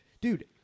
dude